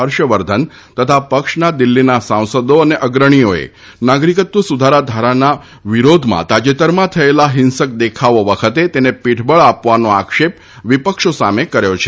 હર્ષવર્ધન તથા પક્ષના દિલ્હીના સાંસદો અને અગ્રણીઓએ નાગરિકત્વ સુધારા ધારાના વિરોધમાં તાજેતરમાં થયેલા હિંસક દેખાવો વખતે તેને પીઠબળ આપવાનો આક્ષેપ વિપક્ષો સામે કર્યો છે